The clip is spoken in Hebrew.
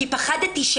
כי פחדתי,